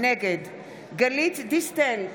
נגד גלית דיסטל,